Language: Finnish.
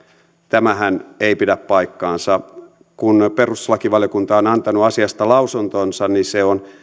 tämähän ei pidä paikkaansa kun perustuslakivaliokunta on antanut asiasta lausuntonsa niin se on